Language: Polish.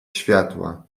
światła